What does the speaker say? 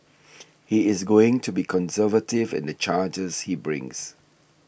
he is going to be conservative in the charges he brings